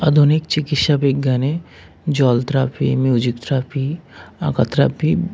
আধুনিক চিকিৎসা বিজ্ঞানে জল থেরাপি মিউজিক থেরাপি আঁকা থেরাপি